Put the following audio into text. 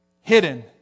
hidden